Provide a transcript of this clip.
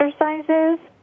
exercises